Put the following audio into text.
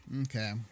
okay